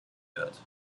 wird